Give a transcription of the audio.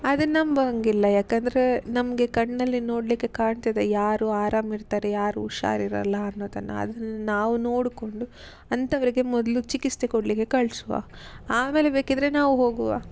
ಅದನ್ನು ನಂಬೋ ಹಂಗಿಲ್ಲ ಯಾಕೆಂದ್ರೆ ನಮಗೆ ಕಣ್ಣಲ್ಲಿ ನೋಡಲಿಕ್ಕೆ ಕಾಣ್ತದೆ ಯಾರು ಆರಾಮ ಇರ್ತಾರೆ ಯಾರು ಹುಷಾರಿರಲ್ಲ ಅನ್ನೋದನ್ನು ಅದನ್ನು ನಾವು ನೋಡಿಕೊಂಡು ಅಂಥವರಿಗೆ ಮೊದಲು ಚಿಕಿತ್ಸೆ ಕೊಡಲಿಕ್ಕೆ ಕಳಿಸುವ ಆಮೇಲೆ ಬೇಕಿದ್ದರೆ ನಾವು ಹೋಗುವ